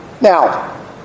Now